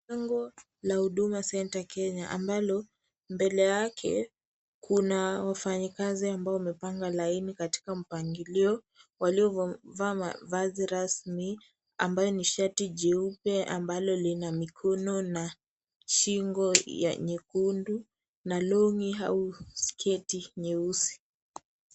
Lango la huduma center Kenya, lenye ambalo, mbele yake, kuna wafanyikazi ambao wamepanga laini katika mpangilio. Waliovaa mavazi rasmi, ambayo ni shati jeupe ambalo lina mikono na shingo ya nyekundu na long'i au sketi nyeusi.